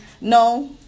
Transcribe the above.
no